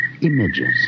images